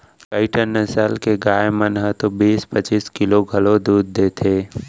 कइठन नसल के गाय मन ह तो बीस पच्चीस किलो घलौ दूद देथे